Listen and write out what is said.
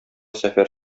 сәфәр